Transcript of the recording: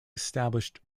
established